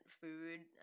food